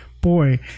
boy